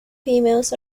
females